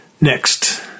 Next